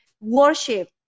Worship